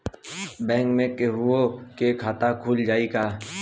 Bank में केहूओ के खाता खुल जाई का?